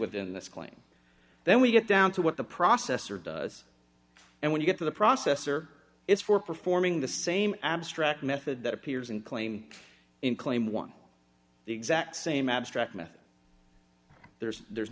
with in this claim then we get down to what the processor does and when you get to the processor it's for performing the same abstract method that appears and claim in claim one the exact same abstract method there's there's